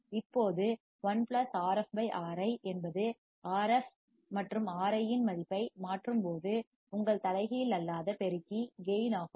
இப்போது 1 Rf Ri என்பது Rf மற்றும் Ri இன் மதிப்பை மாற்றும்போது உங்கள் தலைகீழ் அல்லாத நான் இன்வடிங் பெருக்கி கேயின் ஆகும்